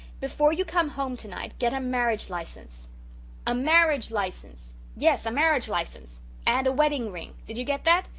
before you come home tonight get a marriage license a marriage license yes, a marriage license and a wedding-ring. did you get that?